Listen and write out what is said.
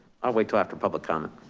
i'll wait till after public comment.